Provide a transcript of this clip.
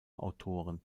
autoren